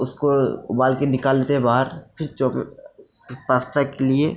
उसको उबाल के निकाल लेते है बाहर फिर पास्ता के लिए